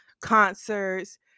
concerts